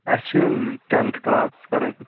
اَسہِ چھِ tenth class کَرٕنۍ